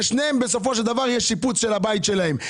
לשניהם בסופו של דבר יש שיפוץ של הבית שלהם,